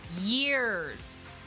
years